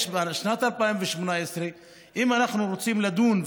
זו כבר שנת 2018. אם אנחנו רוצים לדון,